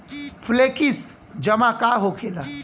Flexi जमा का होखेला?